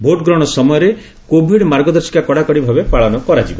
ଭୋଟ୍ଗ୍ରହଣ ସମୟରେ କୋଭିଡ୍ ମାର୍ଗଦର୍ଶିକା କଡ଼ାକଡ଼ି ଭାବେ ପାଳନ କରାଯିବ